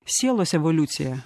sielos evoliuciją